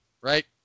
right